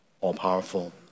all-powerful